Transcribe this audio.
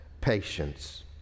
patience